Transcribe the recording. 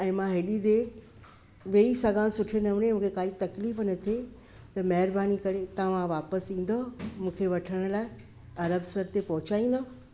ऐं मां हेॾी देरि वेई सघां सुठे नमूने मूंखे काई तकलीफ़ न थिए त महिरबानी करे तव्हां वापसि ईंदव मूंखे वठण लाइ अरबसर ते पहुचाईंदव